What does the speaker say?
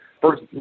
First